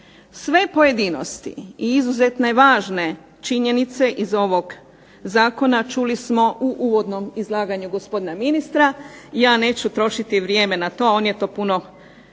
Sve pojedinosti i izuzetne važne činjenice iz ovog zakona čuli smo u uvodnom izlaganju gospodina ministra, ja neću trošiti vrijeme na to, on je to puno